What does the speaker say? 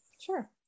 Sure